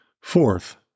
Fourth